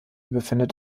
befindet